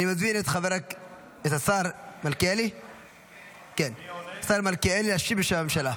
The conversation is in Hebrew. אני מזמין את השר מלכיאלי להשיב בשם הממשלה.